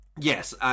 Yes